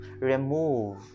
remove